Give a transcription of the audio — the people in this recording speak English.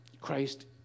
Christ